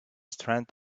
strength